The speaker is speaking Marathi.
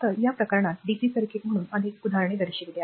तर या प्रकरणात डीसी सर्किट म्हणून अनेक उदाहरणे दर्शवेल